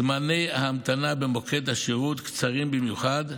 זמני ההמתנה במוקד השירות קצרים במיוחד,